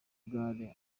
gare